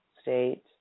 state